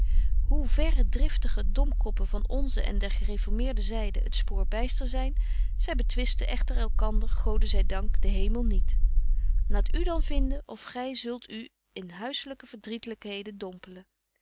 hoe verre driftige domkoppen van onze en der gereformeerden zyde het spoor byster zyn zy betwisten echter elkander gode zy dank den hemel niet laat u dan vinden of gy zult u in huisselyke verdrietlykheden dompelen